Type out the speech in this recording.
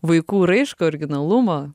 vaikų raišką originalumą